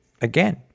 again